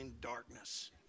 darkness